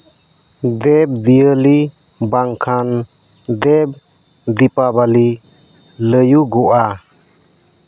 ᱜᱨᱮᱵ ᱵᱤᱭᱟᱹᱞᱤ ᱵᱟᱝᱠᱷᱟᱱ ᱜᱮᱵᱷ ᱫᱤᱯᱟᱵᱚᱞᱤ ᱞᱟᱹᱭᱟᱹᱜᱚᱜᱼᱟ